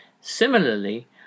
Similarly